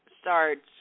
starts